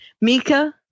Mika